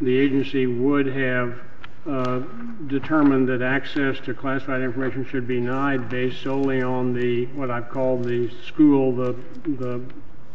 the agency would have determined that access to classified information should be nigh de soleil on the what i call the school the